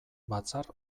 batzar